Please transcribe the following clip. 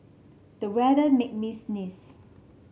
the weather made me sneeze